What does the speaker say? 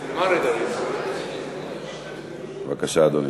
בבקשה, אדוני.